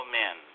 men